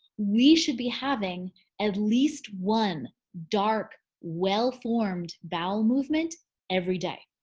we should be having at least one dark, well formed bowel movement every day.